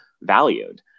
valued